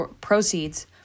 proceeds